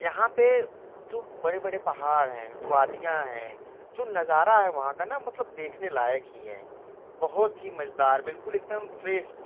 यहाँ पे जो बड़े बड़े पहाड़ हैं वादियाँ हैं जो नज़ारा है वहाँ का ना मतलब देखने लायक ही है बहुत ही मज़ेदार बिल्कुल एकदम फ़्रेश